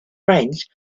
brains